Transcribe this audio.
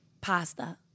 Pasta